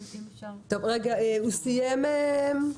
אלון,